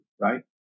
right